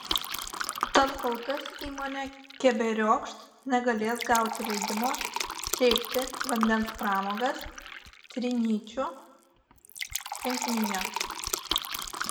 tad kol kas įmonė keberiokšt negalės gauti leidimo teikti vandens pramogas trinyčių tvenkinyje